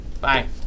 Bye